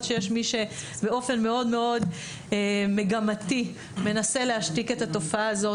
שיש מי שבאופן מאוד מאוד מגמתי מנסה להשתיק את התופעה הזאת.